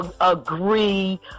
agree